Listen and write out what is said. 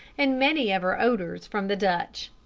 and many of her odors, from the dutch.